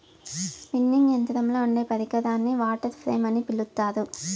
spinning యంత్రంలో ఉండే పరికరాన్ని వాటర్ ఫ్రేమ్ అని పిలుత్తారు